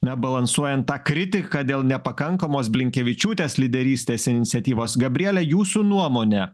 na balansuojant tą kritiką dėl nepakankamos blinkevičiūtės lyderystės iniciatyvos gabriele jūsų nuomone